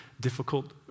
difficult